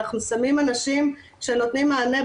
אנחנו שמים אנשים שנותנים מענה,